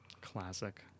Classic